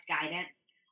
guidance